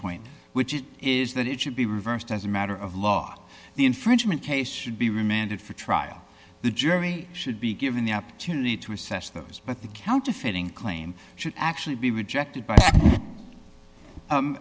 point which is that it should be reversed as a matter of law the infringement case should be remanded for trial the jury should be given the opportunity to assess those but the counterfeiting claim should actually be rejected by